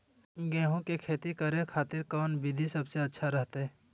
गेहूं के खेती करे खातिर कौन विधि सबसे अच्छा रहतय?